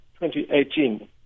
2018